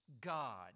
God